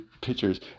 pictures